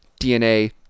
dna